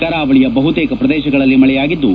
ಕರಾವಳಿಯ ಬಹುತೇಕ ಪ್ರದೇಶಗಳಲ್ಲಿ ಮಳೆಯಾಗಿದ್ದು